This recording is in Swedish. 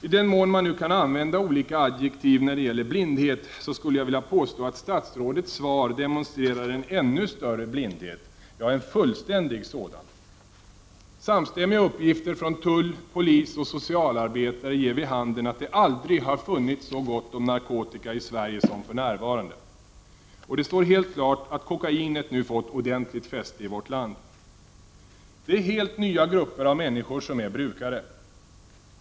I den mån man nu kan använda olika adjektiv när det gäller blindhet, skulle jag då vilja påstå att statsrådets svar demonstrerar en ännu större blindhet, ja, en fullständig sådan. Samstämmiga uppgifter från tull, polis och socialarbetare ger vid handen att det aldrig har funnits så gott om narkotika i Sverige som för närvarande. Och det står helt klart att kokainet nu fått ordentligt fäste i vårt land. Det är helt nya grupper av människor som är brukare.